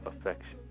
affection